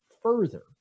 further